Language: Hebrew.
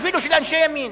אפילו של אנשי ימין,